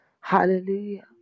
Hallelujah